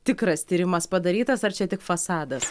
tikras tyrimas padarytas ar čia tik fasadas